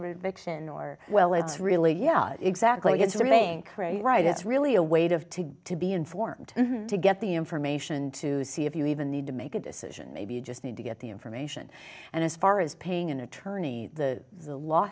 vixen or well it's really yeah exactly it's really crazy right it's really a wait of to to be informed to get the information to see if you even need to make a decision maybe you just need to get the information and as far as paying an attorney the the law